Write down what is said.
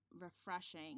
refreshing